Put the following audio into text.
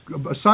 Aside